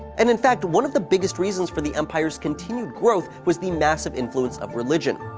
and in fact, one of the biggest reasons for the empire's continue growth was the massive influence of religion.